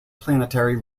planetary